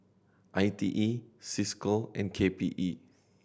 I T E Cisco and K P E